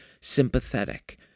sympathetic